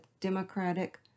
Democratic